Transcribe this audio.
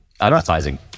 Advertising